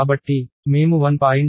కాబట్టి మేము 1